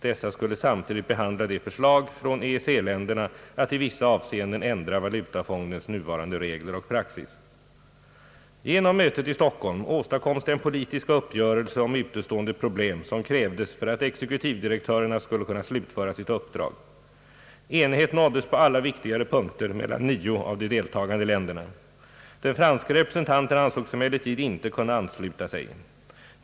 Dessa skulle samtidigt behandla förslag från EEC-länderna att i vissa avseenden ändra valutafondens nuvarande regler och praxis. Genom mötet i Stockholm åstadkoms den politiska uppgörelse om utestående problem som krävdes för att exekutivdirektörerna skulle kunna slutföra sitt uppdrag. Enighet nåddes på alla viktigare punkter mellan nio av de deltagande länderna. Den franske representanten ansåg sig emellertid inte kunna ansluta sig.